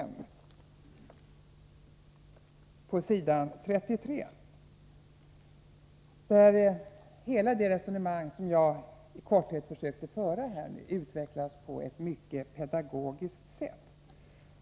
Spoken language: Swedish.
5, s. 33, där hela det resonemang som jag här i korthet har försökt föra, utvecklades på ett mycket pedagogiskt sätt.